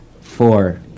Four